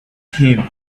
him